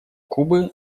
кубы